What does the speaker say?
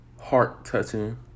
heart-touching